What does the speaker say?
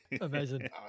Amazing